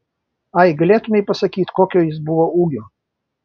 ai galėtumei pasakyti kokio jis buvo ūgio